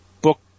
book